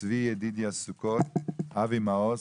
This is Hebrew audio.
צבי ידידיה סוכות, אבי מעוז,